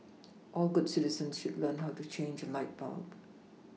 all good citizens should learn how to change a light bulb